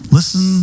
Listen